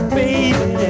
baby